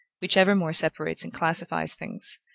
which evermore separates and classifies things,